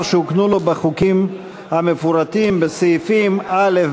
שהוקנו לו בחוקים המפורטים בסעיפים א',